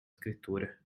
scritture